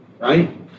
right